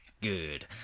Good